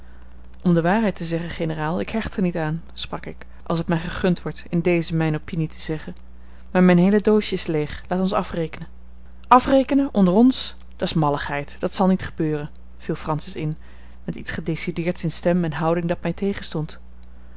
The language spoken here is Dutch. om de waarheid te zeggen generaal ik hecht er niet aan sprak ik als het mij gegund wordt in dezen mijne opinie te zeggen maar mijn heele doosje is leeg laat ons afrekenen afrekenen onder ons dat's malligheid dat zal niet gebeuren viel francis in met iets gedecideerds in stem en houding dat mij